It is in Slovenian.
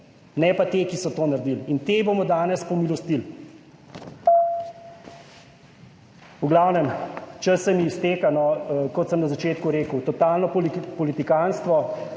ne pa ti, ki so to naredili. In te bomo danes pomilostili. V glavnem, če se mi izteka. Kot sem na začetku rekel, totalno politikantstvo